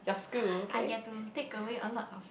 I get to take away a lot of